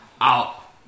out